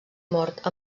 mort